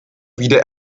wieder